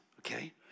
Okay